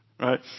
Right